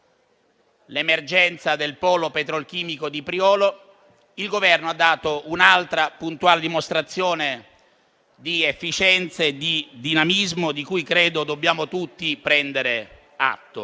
l'emergenza del polo petrolchimico di Priolo, il Governo ha dato un'altra puntuale dimostrazione di efficienza e di dinamismo, di cui credo dobbiamo tutti prendere atto.